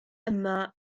yma